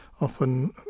often